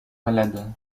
malade